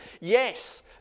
Yes